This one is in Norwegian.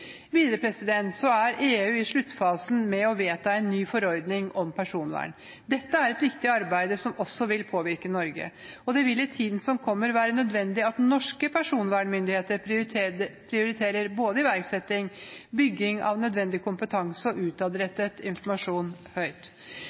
Videre er EU i sluttfasen med å vedta en ny forordning om personvern. Dette er et viktig arbeid som også vil påvirke Norge, og det vil i tiden som kommer, være nødvendig at norske personvernmyndigheter prioriterer både iverksetting, bygging av nødvendig kompetanse og utadrettet informasjon høyt.